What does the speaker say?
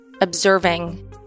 observing